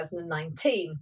2019